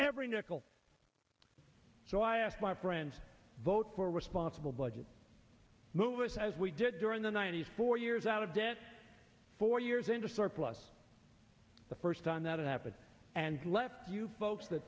every nickel so i asked my friends vote for responsible budget movies as we did during the ninety four years out of debt four years into surplus the first time that happened and left you folks that